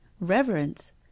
reverence